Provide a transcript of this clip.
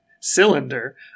cylinder